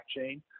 blockchain